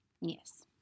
Yes